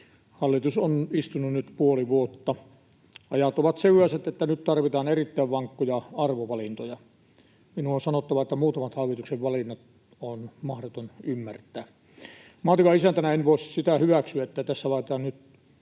Hallitus on istunut nyt puoli vuotta. Ajat ovat sellaiset, että nyt tarvitaan erittäin vankkoja arvovalintoja. Minun on sanottava, että muutamat hallituksen valinnat ovat mahdottomia ymmärtää. Maatilan isäntänä en voi hyväksyä sitä, että tässä laitetaan nyt